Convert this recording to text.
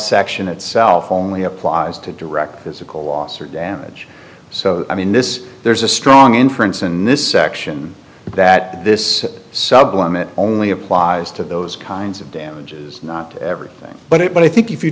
section itself only applies to direct physical loss or damage so i mean this there's a strong inference in this section that this sub one it only applies to those kinds of damages not everything but it but i think if you